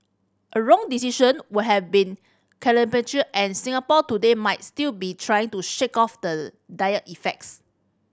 a wrong decision would have been and Singapore today might still be trying to shake off the dire effects